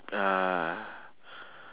uh